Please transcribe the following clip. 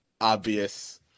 obvious